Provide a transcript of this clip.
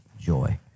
joy